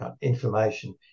information